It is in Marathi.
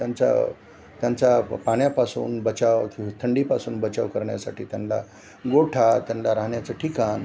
त्यांचा त्यांचा पाण्यापासून बचाव थंडीपासून बचाव करण्यासाठी त्यांना गोठा त्यांना राहण्याचं ठिकाण